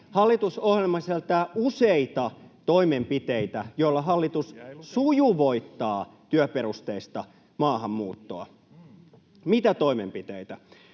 Hallitusohjelma sisältää useita toimenpiteitä, joilla hallitus sujuvoittaa työperusteista maahanmuuttoa. Mitä toimenpiteitä?